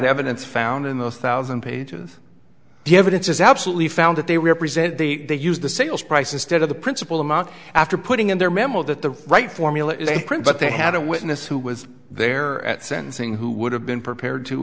that evidence found in the thousand pages the evidence is absolutely found that they represent they used the sales price instead of the principle amount after putting in their memo that the right formula is a print but they had a witness who was there at sentencing who would have been prepared to